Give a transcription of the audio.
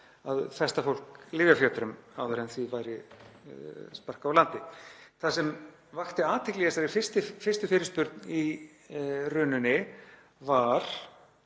að festa fólk í lyfjafjötrum áður en því væri sparkað úr landi. Það sem vakti athygli í þessari fyrstu fyrirspurn er að